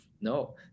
No